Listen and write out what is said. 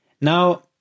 Now